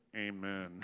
Amen